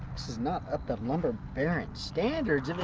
this is not up to lumber baron standards.